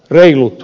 reilut